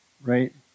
right